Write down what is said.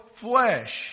flesh